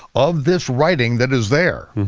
of this writing that is there.